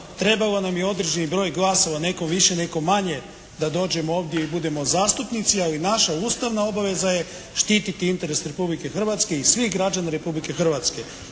trebao nam je određeni broj glasova, netko više netko manje da dođemo ovdje i budemo zastupnici, ali naša ustavna obaveza je štiti interes Republike Hrvatske i svih građana Republike Hrvatske.